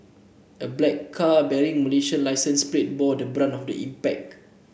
a black car bearing Malaysian licence plate bore the brunt of the impact